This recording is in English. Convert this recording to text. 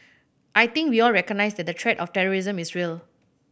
I think we all recognise that the threat of terrorism is real